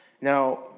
Now